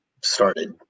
started